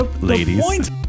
ladies